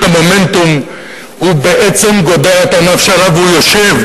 המומנטום בעצם גודע את הענף שעליו הוא יושב,